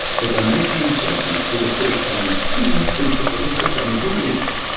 but the nineteen seventy s, for the first time in two. for the first time in human history,